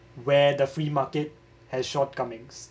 where the free market has shortcomings